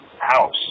house